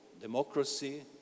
democracy